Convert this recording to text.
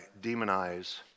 demonize